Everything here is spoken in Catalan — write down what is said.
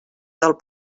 del